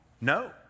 No